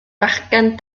fachgen